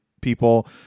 people